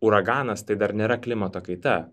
uraganas tai dar nėra klimato kaita